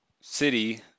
city